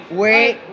wait